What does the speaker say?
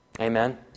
Amen